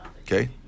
Okay